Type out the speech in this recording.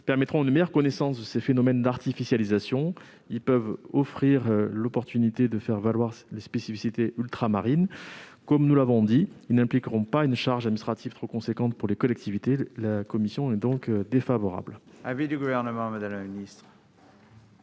permettront une meilleure connaissance de ces phénomènes d'artificialisation. Ils peuvent donner l'occasion de faire valoir les spécificités ultramarines. De plus, comme nous l'avons souligné, ils ne feront pas peser une charge administrative trop importante sur les collectivités. La commission est donc défavorable